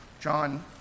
John